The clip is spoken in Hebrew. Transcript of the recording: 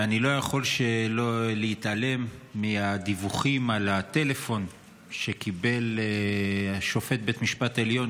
ואני לא יכול להתעלם מהדיווחים על הטלפון שקיבל שופט בית משפט העליון,